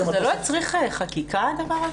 זה לא הצריך חקיקה הדבר הזה?